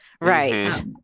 Right